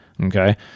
Okay